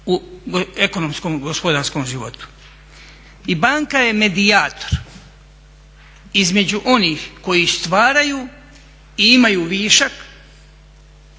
u ekonomskom i gospodarskom životu? I banka je medijator između onih koji stvaraju i imaju višak